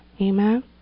Amen